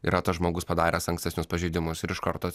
yra tas žmogus padaręs ankstesnius pažeidimus ir iš karto